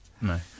No